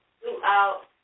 throughout